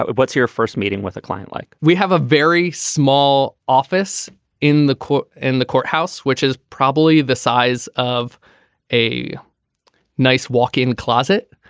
what's your first meeting with a client like we have a very small office in the court in the courthouse which is probably the size of a nice walk in closet.